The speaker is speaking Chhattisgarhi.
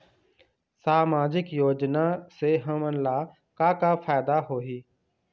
सामाजिक योजना से हमन ला का का फायदा होही?